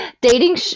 dating